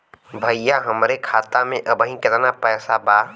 भईया हमरे खाता में अबहीं केतना पैसा बा?